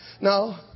no